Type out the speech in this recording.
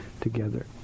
together